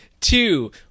two